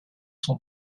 sont